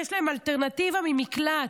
יש להן אלטרנטיבה למקלט,